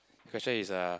question is uh